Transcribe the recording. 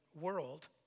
world